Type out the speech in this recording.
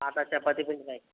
ఆటా చపాతి పిండి ప్యాకెట్